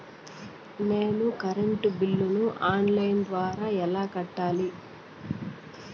నేను నా కరెంటు బిల్లును ఆన్ లైను ద్వారా ఎలా కట్టాలి?